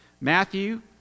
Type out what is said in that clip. Matthew